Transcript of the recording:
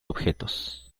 objetos